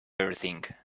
everything